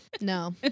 no